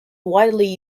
widely